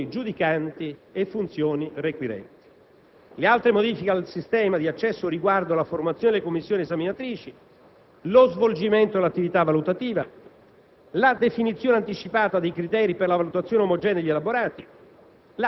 così come eliminata risulta l'obbligatoria anticipata opzione tra funzioni giudicanti e funzioni requirenti. Le altre modifiche al sistema di accesso riguardano la formazione delle commissioni esaminatrici, lo svolgimento dell'attività valutativa,